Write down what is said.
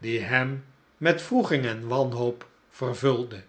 die hem met wroeging en wanhoop vervulde